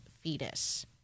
fetus